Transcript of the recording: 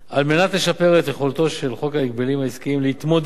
על מנת לשפר את יכולתו של חוק ההגבלים העסקיים להתמודד